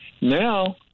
Now